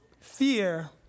fear